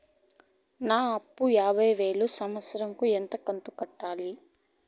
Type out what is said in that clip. నా అప్పు యాభై వేలు కు సంవత్సరం కు ఎంత కంతు కట్టాలి?